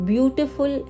Beautiful